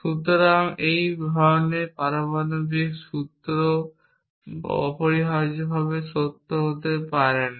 সুতরাং এই ধরনের পারমাণবিক সূত্র অপরিহার্যভাবে সত্য হতে পারে না